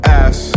ass